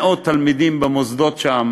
גם מאות תלמידים במוסדות שם